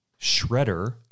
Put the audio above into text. shredder